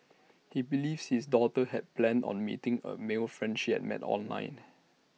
he believes his daughter had planned on meeting A male friend she had met online